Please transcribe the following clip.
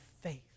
faith